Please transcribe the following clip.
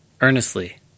Earnestly